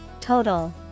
Total